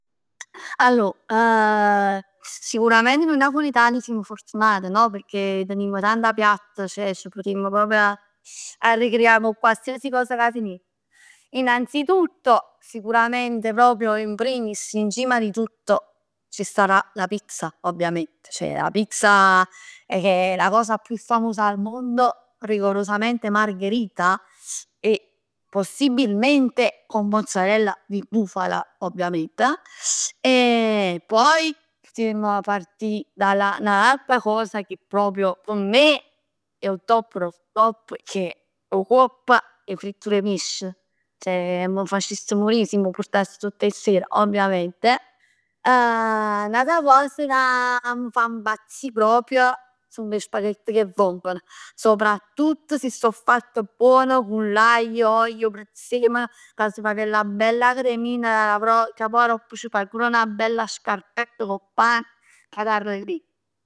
Allor, sicuramente nuje napulitan simm fortunat no? Pecchè tenimm tanta piatt, ceh c' putimm proprio arrecreà cu qualsiasi cosa ca tenimm, innanzitutto sicuramente proprio in primis, in cima di tutto ci starà la pizza ovviament, ceh, a pizza è la cosa più famosa al mondo, rigorosamente margherita e possibilmente con mozzarella di bufala ovviamente. E poi putimm partì da un'altra cosa che proprio p' me è 'o top dò top, che è 'o cuopp e frittur 'e pesc, ceh, m' faciss murì si mo purtass tutt 'e sere, ovviamente. N'ata cosa ca m' fa impazzì proprj, song 'e spaghett cu 'e vongol. Soprattutto se so fatt buon cu l'aglio, l'uogl, 'o prezzemolo, ca s' fa chella bella cremina ca poi aropp c' fai pur 'na bella scarpetta cu 'o pane e t'arrecrei.